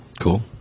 Cool